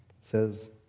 says